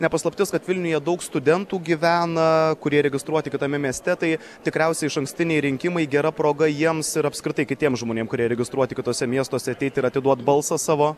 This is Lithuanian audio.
ne paslaptis kad vilniuje daug studentų gyvena kurie registruoti kitame mieste tai tikriausiai išankstiniai rinkimai gera proga jiems ir apskritai kitiems žmonėm kurie registruoti kituose miestuose ateit ir atiduot balsą savo